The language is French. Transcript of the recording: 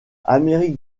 amérique